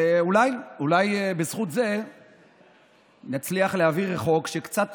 ואולי בזכות זה נצליח להעביר חוק שקצת